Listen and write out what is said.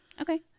okay